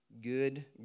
Good